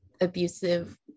abusive